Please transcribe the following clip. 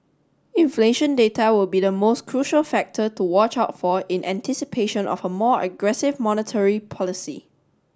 inflation data will be the most crucial factor to watch out for in anticipation of a more aggressive monetary policy